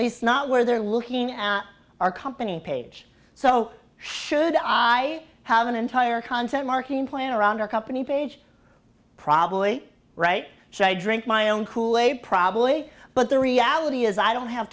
least not where they're looking at our company page so should i have an entire content marketing plan around our company page probably right so i drink my own kool aid probably but the reality is i don't have